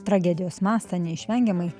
tragedijos mastą neišvengiamai